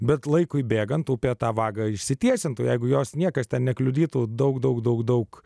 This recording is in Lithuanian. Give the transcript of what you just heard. bet laikui bėgant upė tą vagą išsitiesintų jeigu jos niekas ten nekliudytų daug daug daug daug